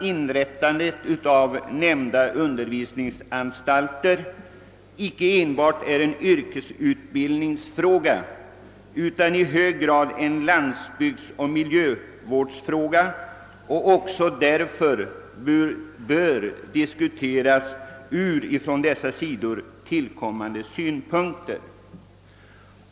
Inrättandet av nämnda undervisningsanstalter är icke enbart en yrkesutbildningsfråga, utan i hög grad en landsbygdsoch miljövårdsfråga och bör därför diskuteras även från dessa synpunkter.